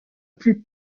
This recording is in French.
plus